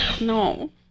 No